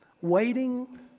waiting